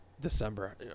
December